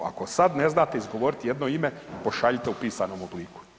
Ako sad ne znate izgovoriti jedno ime, pošaljite u pisanom obliku.